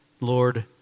Lord